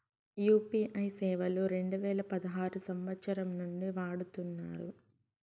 UPI సేవలు రెండు వేల పదహారు సంవచ్చరం నుండి వాడుతున్నారు